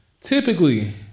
Typically